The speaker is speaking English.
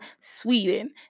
Sweden